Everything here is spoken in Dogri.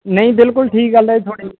नेईं बिलकुल ठीक गल्ल ऐ थुआढ़ी